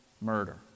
murder